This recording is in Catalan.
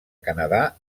canadà